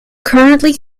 currently